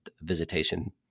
visitation